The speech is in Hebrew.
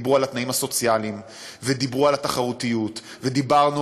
דיברו על התנאים הסוציאליים ודיברו על התחרותיות ודיברנו